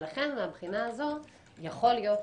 לכן מהבחינה הזאת יכול להיות